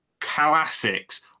classics